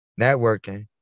Networking